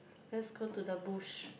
let's go to the bush